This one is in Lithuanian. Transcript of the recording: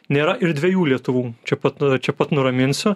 nėra ir dviejų lietuvių čia pat čia pat nuraminsiu